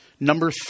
number